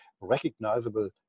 recognizable